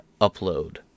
upload